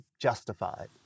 Justified